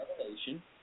Revelation